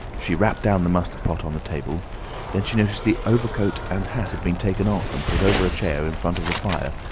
she rapped down the mustard pot on the table, and then she noticed the overcoat and hat had been taken off and put over a chair in front of the fire,